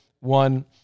one